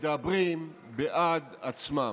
מדברים בעד עצמם.